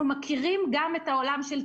אנחנו מכירים גם את הצמידים,